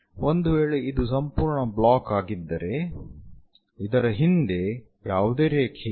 ಒಂದು ವೇಳೆ ಇದು ಸಂಪೂರ್ಣ ಬ್ಲಾಕ್ ಆಗಿದ್ದರೆ ಇದರ ಹಿಂದೆ ಯಾವುದೇ ರೇಖೆಯಿಲ್ಲ